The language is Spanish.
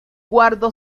guardo